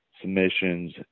submissions